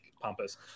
pompous